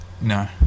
No